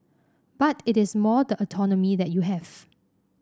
but it is more the autonomy that you have